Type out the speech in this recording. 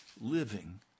living